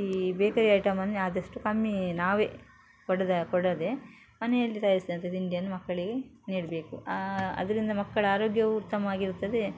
ಈ ಬೇಕರಿ ಐಟಮನ್ನು ಆದಷ್ಟು ಕಮ್ಮಿ ನಾವೆ ಕೊಡದೆ ಕೊಡದೆ ಮನೆಯಲ್ಲಿ ತಯಾರಿಸಿದಂತ ತಿಂಡಿಯನ್ನು ಮಕ್ಕಳಿಗೆ ನೀಡಬೇಕು ಅದರಿಂದ ಮಕ್ಕಳ ಆರೋಗ್ಯವು ಉತ್ತಮವಾಗಿರ್ತದೆ